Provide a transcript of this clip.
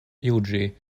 juĝi